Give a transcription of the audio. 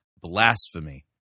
blasphemy